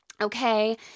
okay